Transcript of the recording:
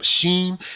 machine